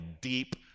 deep